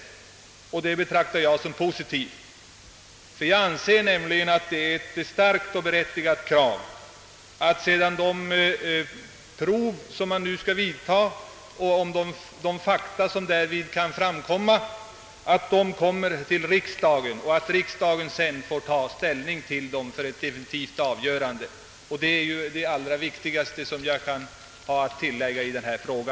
Det betraktar jag som positivt. Jag anser nämligen att det är ett starkt och berättigat krav att de fakta som kan framkomma vid de prov, som man kommer att vidtaga, kommer till riksdagens kännedom och att riksdagen får ta ställning till dem för ett definitivt avgörande. Det principiella, herr talman, var det viktigaste i denna fråga.